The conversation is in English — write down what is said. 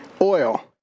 oil